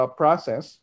process